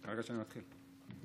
אדוני